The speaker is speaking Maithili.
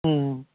हुँ